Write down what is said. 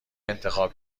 انتخاب